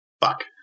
Fuck